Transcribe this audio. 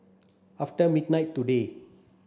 after midnight today